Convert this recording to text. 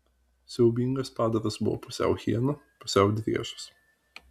siaubingas padaras buvo pusiau hiena pusiau driežas